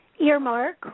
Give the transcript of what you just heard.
earmark